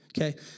okay